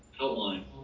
Outline